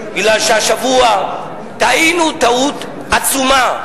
כי השבוע טעינו טעות עצומה,